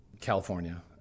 California